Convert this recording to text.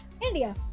India